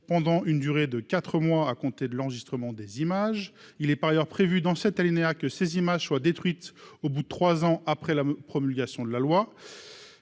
pendant une durée de quatre mois à compter de l'enregistrement des images. Il est par ailleurs prévu dans cet alinéa que ces images soient détruites au bout de trois ans après la promulgation de la loi.